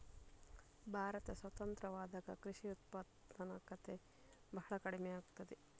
ಭಾರತ ಸ್ವತಂತ್ರವಾದಾಗ ಕೃಷಿ ಉತ್ಪಾದಕತೆ ಬಹಳ ಕಡಿಮೆಯಾಗಿತ್ತು